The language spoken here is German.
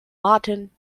martin